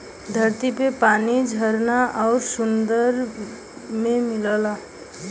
धरती पे नदी झरना आउर सुंदर में मिलला